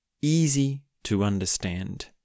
easy-to-understand